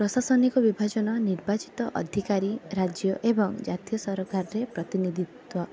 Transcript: ପ୍ରଶାସନିକ ବିଭାଜନ ନିର୍ବାଚିତ ଅଧିକାରୀ ରାଜ୍ୟ ଏବଂ ଜାତୀୟ ସରକାରରେ ପ୍ରତିନିଧିତ୍ୱ